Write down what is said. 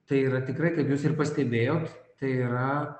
tai yra tikrai kaip jūs ir pastebėjot tai yra